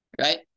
right